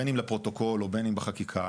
בין אם לפרוטוקול ובין אם בחקיקה,